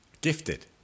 Gifted